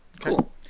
Cool